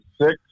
six